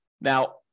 Now